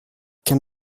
can